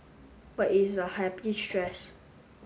but it's a happy stress